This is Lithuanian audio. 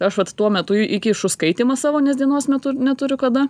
aš vat tuo metu įkišu skaitymą savo nes dienos metu neturiu kada